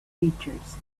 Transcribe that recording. features